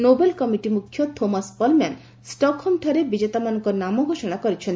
Nobel committee ମୁଖ୍ୟ Thomas Perlmann ଷ୍ଟକହୋମଠାରେ ବିଜେତାମାନଙ୍କ ନାମ ଘୋଷଣା କରିଛନ୍ତି